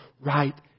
right